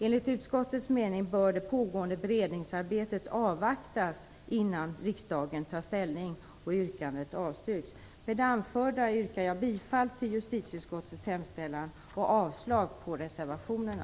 Enligt utskottets mening bör det pågående beredningsarbetet avvaktas innan riksdagen tar ställning och yrkandet avstyrks. Med det anförda yrkar jag bifall till justitieutskottets hemställan och avslag på reservationerna.